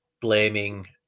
blaming